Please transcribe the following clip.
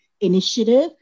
initiative